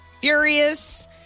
furious